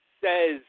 says